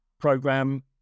program